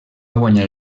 guanyar